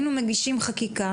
היינו מגישים חקיקה,